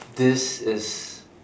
this is